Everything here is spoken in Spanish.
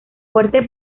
fuerte